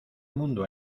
mundo